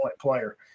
player